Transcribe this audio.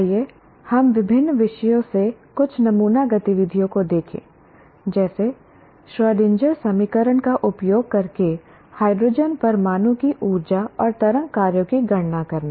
आइए हम विभिन्न विषयों से कुछ नमूना गतिविधियों को देखें जैसे श्रोडिंगर समीकरण का उपयोग करके हाइड्रोजन परमाणु की ऊर्जा और तरंग कार्यों की गणना करना